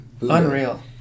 Unreal